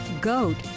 goat